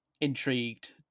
intrigued